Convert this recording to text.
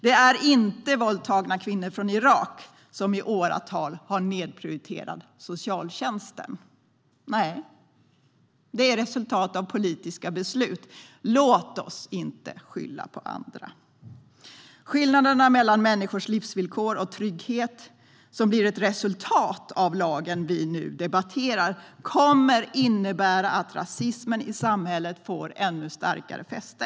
Det är inte våldtagna kvinnor från Irak som i åratal har nedprioriterat socialtjänsten. Nej, detta är resultatet av politiska beslut. Låt oss inte skylla på andra. Skillnaderna mellan människors livsvillkor och trygghet, som blir ett resultat av den lag som vi nu debatterar, kommer att innebära att rasismen i samhället får ännu starkare fäste.